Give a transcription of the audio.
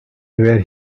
where